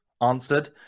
answered